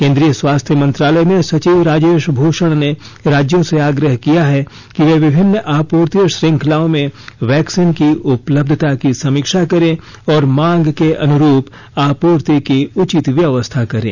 केंद्रीय स्वास्थ्य मंत्रालय में सचिव राजेश भूषण ने राज्यों से आग्रह किया है कि वे विभिन्न आपूर्ति श्रृंखलाओं में वैक्सीन की उपलब्धता की समीक्षा करें और मांग के अनुरूप आपूर्ति की उचित व्यवस्था करें